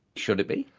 should it be?